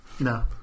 No